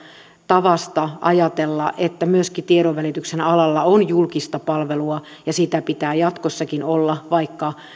tavasta ajatella että myöskin tiedonvälityksen alalla on julkista palvelua ja sitä pitää jatkossakin olla ja vaikka